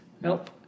Nope